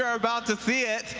about to see it.